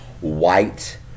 white